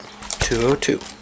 202